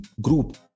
group